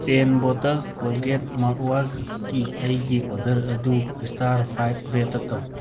ten bottles Colgate mouthwash ꯀꯤ ꯑꯩꯒꯤ order ꯑꯗꯨ ꯏꯁꯇꯥꯔ ꯐꯥꯏꯞ ꯔꯦꯠꯇ ꯇꯧ